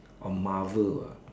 or Marvel uh